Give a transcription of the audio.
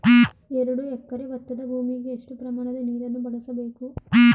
ಎರಡು ಎಕರೆ ಭತ್ತದ ಭೂಮಿಗೆ ಎಷ್ಟು ಪ್ರಮಾಣದ ನೀರನ್ನು ಬಳಸಬೇಕು?